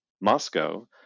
Moscow